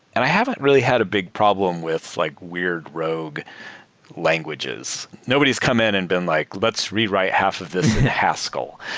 and i haven't really had a big problem with like weird rogue languages. nobody's come in and been like, let's rewrite half of this in haskell.